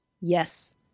Yes